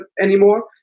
anymore